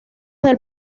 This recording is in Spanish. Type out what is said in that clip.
del